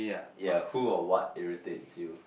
yea who or what irritates you